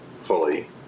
fully